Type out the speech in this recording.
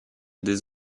des